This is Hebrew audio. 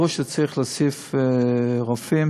ברור שצריך להוסיף רופאים,